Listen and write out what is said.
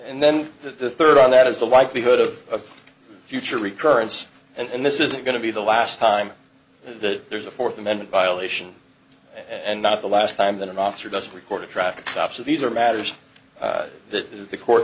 and then the third on that is the likelihood of a future recurrence and this isn't going to be the last time that there's a fourth amendment violation and not the last time that an officer doesn't record a traffic stop so these are matters that the court